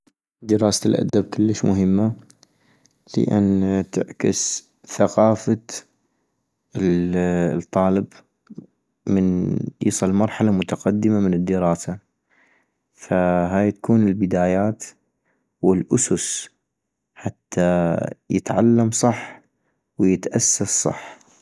دراسة الأدب كلش مهمة ، لان تعكس ثقافة الطالب من يصل مرحلة متقدمة من الدراسة - فهاي تكون البدايات والاسس حتى يتعلم صح ويتأسس صح